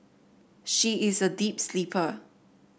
she is a deep sleeper